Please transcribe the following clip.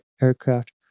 aircraft